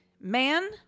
man